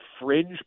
fringe